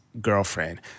girlfriend